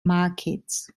markets